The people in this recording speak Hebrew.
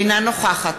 אינה נוכחת